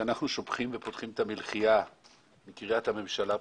כשאנחנו פותחים את המלחייה ושופכים בקריית הממשלה,